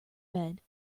bed